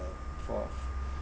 for